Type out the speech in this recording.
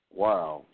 wow